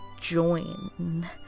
join